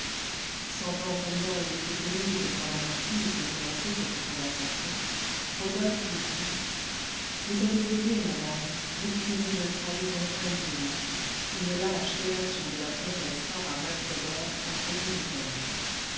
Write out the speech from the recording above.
sentant combien il était pénible pour la marquise de commencer cette conversation rodolphe lui dit vous avez été madame victime d'une trahison indigne une lâche délation de la comtesse sarah mac gregor a failli vous perdre